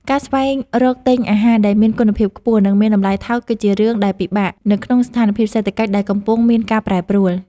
ការស្វែងរកទិញអាហារដែលមានគុណភាពខ្ពស់ និងមានតម្លៃថោកគឺជារឿងដែលពិបាកនៅក្នុងស្ថានភាពសេដ្ឋកិច្ចដែលកំពុងមានការប្រែប្រួល។